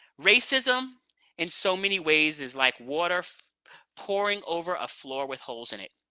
racism in so many ways is like water pouring over a floor with holes in it.